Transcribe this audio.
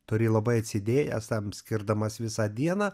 turi labai atsidėjęs tam skirdamas visą dieną